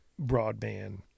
broadband